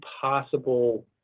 possible